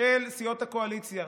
של סיעות הקואליציה,